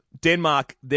Denmark